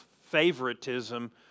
favoritism